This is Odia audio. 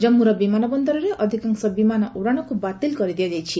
ଜାମ୍ମୁର ବିମାନ ବନ୍ଦରରେ ଅଧିକାଂଶ ବିମାନ ଉଡ଼ାଣକୁ ବାତିଲ କରି ଦିଆଯାଇଛି